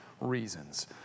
reasons